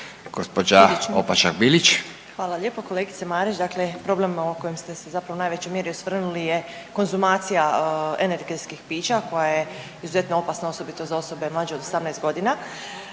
Marina (Nezavisni)** Hvala lijepo. Kolegice Marić, dakle problem o kojem ste se zapravo u najvećoj mjeri osvrnuli je konzumacija energetskih pića koja je izuzetno opasna, osobito za osobe mlađe od 18 godina,